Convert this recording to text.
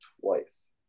twice